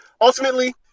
ultimately